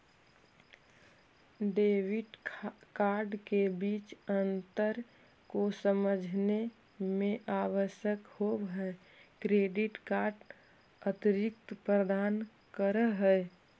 Debit card के बीच अंतर को समझे मे आवश्यक होव है क्रेडिट कार्ड अतिरिक्त प्रदान कर है?